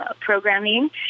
programming